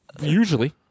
usually